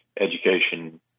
education